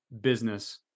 business